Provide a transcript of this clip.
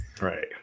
right